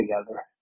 together